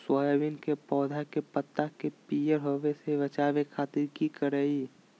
Soybean के पौधा के पत्ता के पियर होबे से बचावे खातिर की करिअई?